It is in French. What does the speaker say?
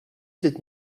sept